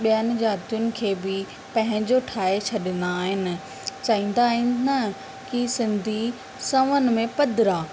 ॿियनि ज़ातियुनि खे बि पंहिंजो ठाहे छॾंदा आहिनि चवंदा आहिनि न की सिंधी सौवनि में पदिरा